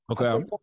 Okay